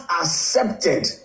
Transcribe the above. accepted